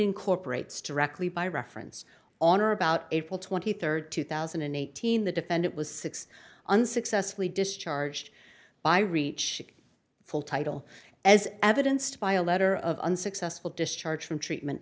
incorporates directly by reference on or about april twenty third two thousand and eighteen the defendant was six unsuccessfully discharged by reach full title as evidenced by a letter of unsuccessful discharge from treatment